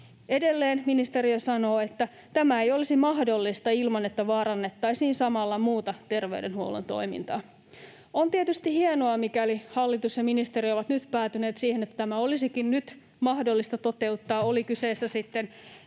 Edelleen ministeriö sanoo, että tämä ei olisi mahdollista ilman, että vaarannettaisiin samalla muuta terveydenhuollon toimintaa. On tietysti hienoa, mikäli hallitus ja ministeriö ovat nyt päätyneet siihen, että tämä olisikin nyt mahdollista toteuttaa, oli kyseessä sitten